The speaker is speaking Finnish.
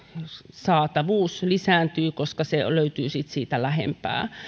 saatavuus lisääntyy koska se löytyy sitten lähempää